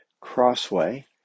Crossway